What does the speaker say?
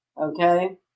Okay